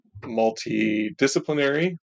multidisciplinary